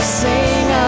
sing